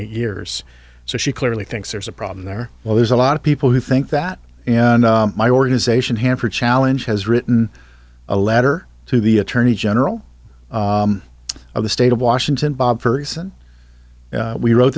eight years so she clearly thinks there's a problem there well there's a lot of people who think that and my organization hamper challenge has written a letter to the attorney general of the state of washington bob her reason we wrote